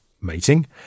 mating